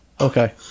Okay